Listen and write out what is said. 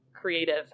creative